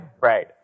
Right